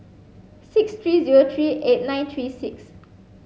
six three zero three eight nine three six